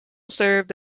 served